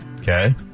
Okay